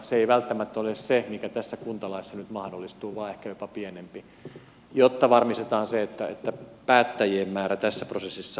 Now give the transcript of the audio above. se ei välttämättä ole se mikä tässä kuntalaissa nyt mahdollistuu vaan ehkä jopa pienempi jotta varmistetaan se että päättäjien määrä tässä prosessissa ei lisäänny